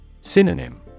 Synonym